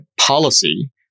policy